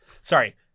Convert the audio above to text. Sorry